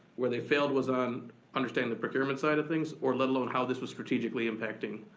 where they failed was on understanding the procurement side of things or let alone how this was strategically impacting.